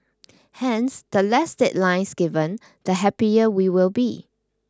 hence the less deadlines given the happier we will be